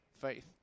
faith